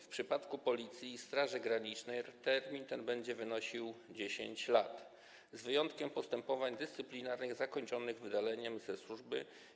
W przypadku Policji i Straży Granicznej termin ten będzie wynosił 10 lat, z wyjątkiem postępowań dyscyplinarnych zakończonych wydaleniem ze służby.